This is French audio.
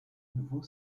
nouveau